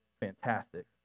fantastic